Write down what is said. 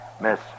Miss